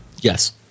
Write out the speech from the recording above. Yes